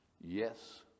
Yes